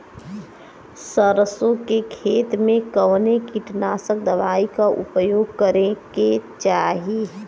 सरसों के खेत में कवने कीटनाशक दवाई क उपयोग करे के चाही?